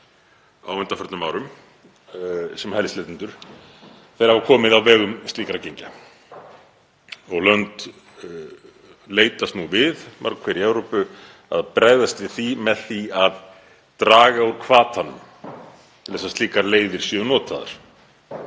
á undanförnum árum sem hælisleitendur komið á vegum slíkra gengja. Lönd leitast nú við, mörg hver í Evrópu, að bregðast við því með því að draga úr hvatanum til þess að slíkar leiðir séu notaðar.